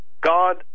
God